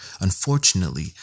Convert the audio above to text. Unfortunately